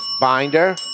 binder